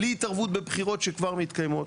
בלי התערבות בבחירות שכבר מתקיימות.